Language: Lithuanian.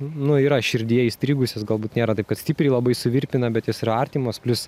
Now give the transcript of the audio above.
nu yra širdyje įstrigusios galbūt nėra taip kad stipriai labai suvirpina bet jis yra artimos plius